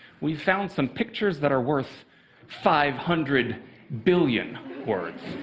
we found some pictures that are worth five hundred billion words.